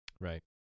Right